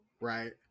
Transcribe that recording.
Right